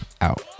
out